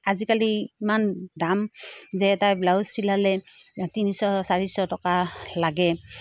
আজিকালি ইমান দাম যে এটা ব্লাউজ চিলালে তিনিশ চাৰিশ টকা লাগে